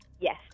Yes